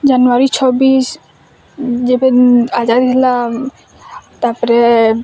ଜାନୁଆରୀ ଛବିଶି ଯେବେ ଆଜାଦ୍ ହେଲା ତାପରେ